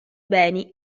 beni